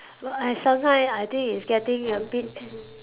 well I sometime I think it's getting a bit